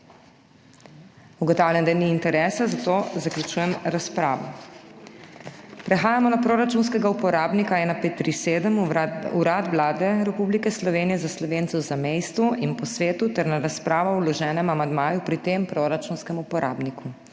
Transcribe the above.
Ugotavljam, da ni interesa, zato zaključujem razpravo. Prehajamo na proračunskega uporabnika 1537 Urad Vlade Republike Slovenije za Slovence v zamejstvu in po svetu ter na razpravo o vloženem amandmaju pri tem proračunskem uporabniku.